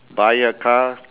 buy a car